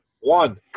one